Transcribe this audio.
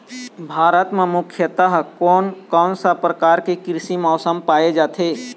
भारत म मुख्यतः कोन कौन प्रकार के कृषि मौसम पाए जाथे?